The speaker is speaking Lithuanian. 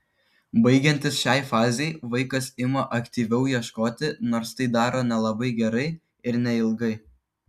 baigiantis šiai fazei vaikas ima aktyviau ieškoti nors tai daro nelabai gerai ir neilgai